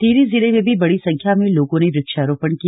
टिहरी जिले में भी बड़ी संख्या में लोगों ने वृक्षारोपण किया